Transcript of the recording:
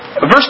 Verse